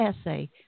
essay